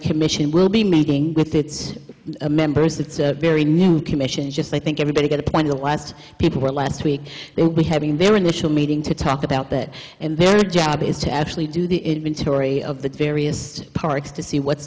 commission will be making with its members it's a very new commission just i think everybody got a point the last people were last week we having their initial meeting to talk about that and their job is to actually do the inventory of the various parks to see what's